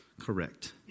correct